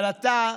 אבל אתה,